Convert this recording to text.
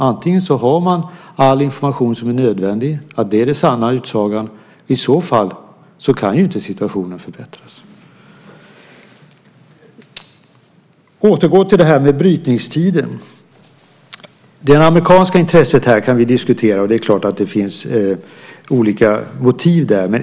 Om man har all information som är nödvändig, om det är den sanna utsagan, kan ju situationen i så fall inte förbättras. Låt mig återgå till frågan om brytningstiden. Det amerikanska intresset här kan vi diskutera. Det är klart att det finns olika motiv där.